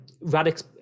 Radix